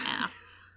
ass